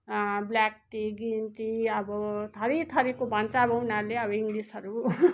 black tea green tea अब थरि थरिको भन्छ अब उनीहरूले अब इङ्लिसहरू